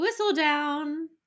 Whistledown